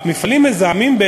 המפעלים מזהמים,